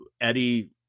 Eddie